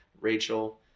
Rachel